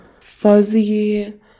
fuzzy